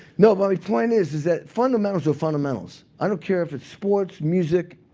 no. but my point is is that fundamentals are fundamentals. i don't care if it's sports, music,